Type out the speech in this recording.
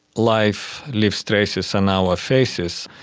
life leaves traces on our faces.